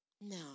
No